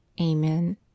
Amen